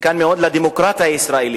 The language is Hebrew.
מסוכן מאוד לדמוקרטיה הישראלית.